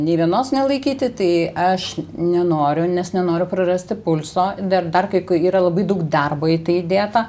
nei vienos nelaikyti tai aš nenoriu nes nenoriu prarasti pulso dar dar kai kai yra labai daug darbo į tai įdėta